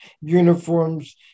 uniforms